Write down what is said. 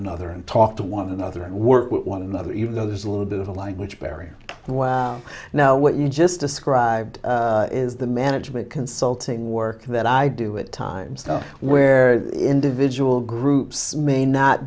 another and talk to one another and work with one another even though there's a little bit of a language barrier and wound now what you just described is the management consulting work that i do it time stuff where individual groups may not